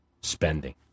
spending